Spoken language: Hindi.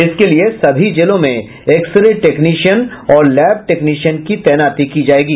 इसके लिए सभी जेलों में एक्स रे टेक्नीशियन और लैब टेक्नीशिस की तैनाती की जायेगी